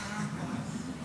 נפלאות.